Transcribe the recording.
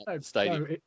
stadium